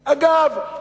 אגב,